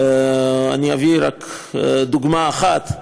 אביא רק דוגמה אחת: